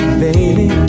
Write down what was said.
baby